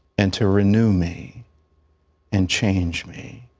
and to renew me and change me,